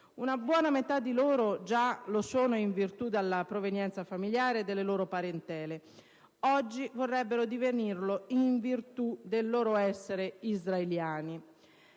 Una buona metà di loro già lo è in virtù della provenienza famigliare o delle parentele: oggi vorrebbero divenirlo in virtù del loro essere israeliani.